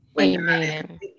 Amen